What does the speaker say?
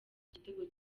igitego